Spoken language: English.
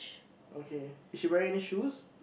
okay is she wear any shoes